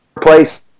place